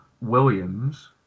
Williams